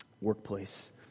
workplace